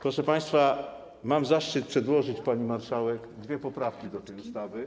Proszę państwa, mam zaszczyt przedłożyć pani marszałek dwie poprawki do tej ustawy.